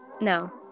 no